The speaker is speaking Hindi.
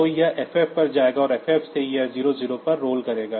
तो यह FF पर जाएगा और FF से यह 00 पर रोल करेगा